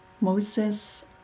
Moses